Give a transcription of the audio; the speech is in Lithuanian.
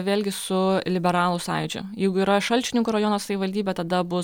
vėlgi su liberalų sąjūdžio jeigu yra šalčininkų rajono savivaldybė tada bus